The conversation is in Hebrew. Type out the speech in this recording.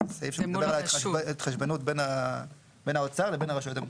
זה סעיף שמדבר על ההתחשבנות בין האוצר לבין הרשויות המקומיות.